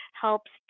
helps